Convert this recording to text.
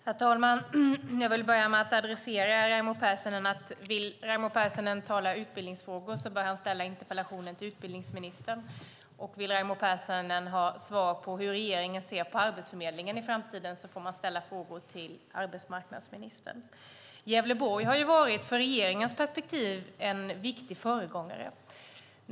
Herr talman! Jag vill börja med att säga till Raimo Pärssinen att om han vill tala om utbildningsfrågor bör han ställa interpellationen till utbildningsministern. Vill Raimo Pärssinen ha svar på hur regeringen ser på Arbetsförmedlingen i framtiden får han ställa frågor till arbetsmarknadsministern. Gävleborg har från regeringens perspektiv varit en viktig föregångare.